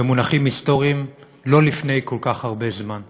במונחים היסטוריים לא לפני כל כך הרבה זמן.